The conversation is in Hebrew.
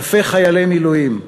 אלפי חיילי מילואים,